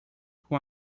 com